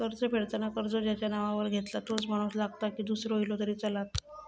कर्ज फेडताना कर्ज ज्याच्या नावावर घेतला तोच माणूस लागता की दूसरो इलो तरी चलात?